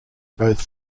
both